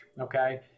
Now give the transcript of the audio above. Okay